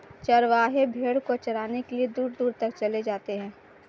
चरवाहे भेड़ को चराने के लिए दूर दूर तक चले जाते हैं